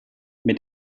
mit